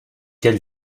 quel